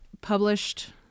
published